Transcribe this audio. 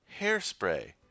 hairspray